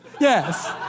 Yes